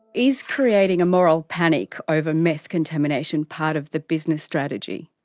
is creating a moral panic over meth contamination part of the business strategy?